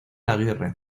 aguirre